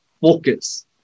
focus